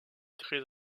très